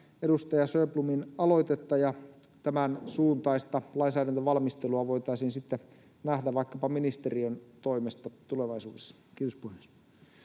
edustaja Sjöblomin aloitetta ja että tämän suuntaista lainsäädäntövalmistelua voitaisiin sitten nähdä vaikkapa ministeriön toimesta tulevaisuudessa. — Kiitos, puhemies.